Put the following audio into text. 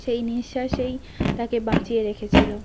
সেই নিঃশ্বাসেই তাকে বাঁচিয়ে রেখেছিল